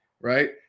right